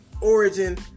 origin